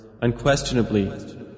Unquestionably